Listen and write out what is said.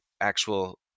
actual